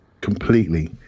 completely